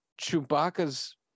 Chewbacca's